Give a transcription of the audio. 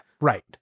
right